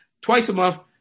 twice-a-month